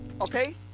Okay